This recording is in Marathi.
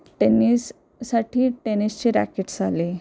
टेनिससाठी टेनिसचे रॅकेट्स आले